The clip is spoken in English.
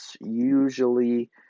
usually